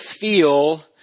feel